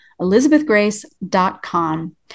elizabethgrace.com